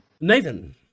nathan